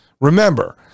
Remember